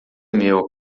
meu